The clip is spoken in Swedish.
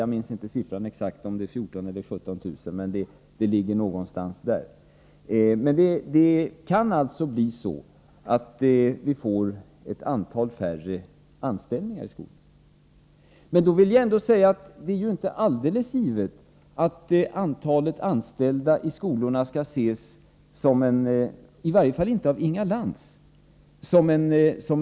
Jag minns inte siffran exakt, men det rör sig om 14 000-17 000 lärare. Det kan alltså bli så att vi får ett antal färre anställningar i skolan. Men då vill jag säga att det inte är alldeles givet att man skall se ett stort antal anställda i skolorna som en förbättring — åtminstone skall inte Inga Lantz göra det.